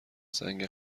زنگ